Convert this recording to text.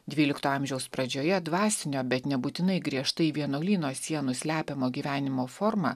dvylikto amžiaus pradžioje dvasinio bet nebūtinai griežtai vienuolyno sienų slepiamo gyvenimo forma